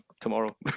tomorrow